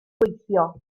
gweithio